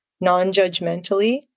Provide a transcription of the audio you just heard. non-judgmentally